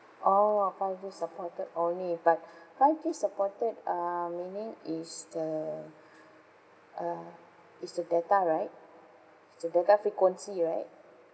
oh five G supported only but five G supported uh meaning is the uh is the data right is the data frequency right